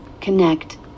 Connect